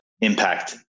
impact